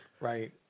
Right